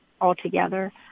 altogether